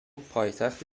پایتخت